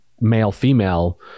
male-female